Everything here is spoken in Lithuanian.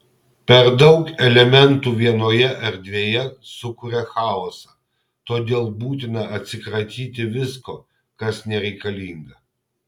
per daug elementų vienoje erdvėje sukuria chaosą todėl būtina atsikratyti visko kas nereikalinga